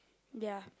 their